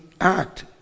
act